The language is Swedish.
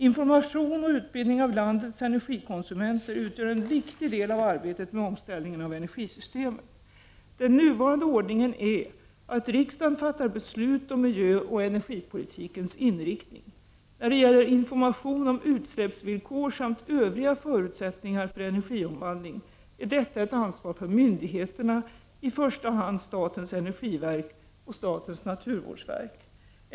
Information och utbildning av landets energikonsumenter utgör en viktig del av arbetet med omställningen av energisystemet. Den nuvarande ordningen är att riksdagen fattar beslut om miljöoch energipolitikens inriktning. När det gäller information om utsläppsvillkor samt övriga förutsättningar för energiomvandling är detta ett ansvar för myndigheterna, i första hand statens energiverk och statens naturvårdsverk.